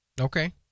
Okay